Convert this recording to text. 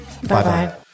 Bye-bye